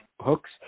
hooks